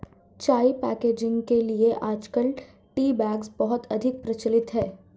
चाय पैकेजिंग के लिए आजकल टी बैग्स बहुत अधिक प्रचलित है